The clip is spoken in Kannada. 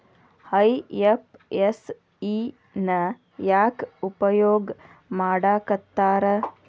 ಐ.ಎಫ್.ಎಸ್.ಇ ನ ಯಾಕ್ ಉಪಯೊಗ್ ಮಾಡಾಕತ್ತಾರ?